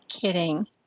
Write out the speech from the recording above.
kidding